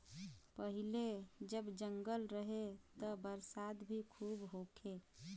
पहिले जब जंगल रहे त बरसात भी खूब होखे